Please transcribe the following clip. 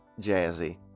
jazzy